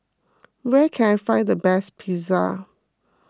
where can I find the best Pizza